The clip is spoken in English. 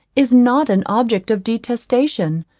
is not an object of detestation,